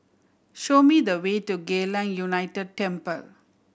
show me the way to Geylang United Temple